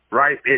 right